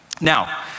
Now